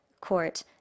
court